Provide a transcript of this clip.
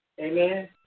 Amen